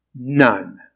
None